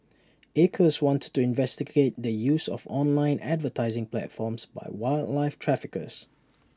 acres wanted to investigate the use of online advertising platforms by wildlife traffickers